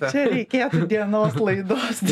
čia reikėtų dienos laidos